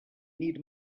need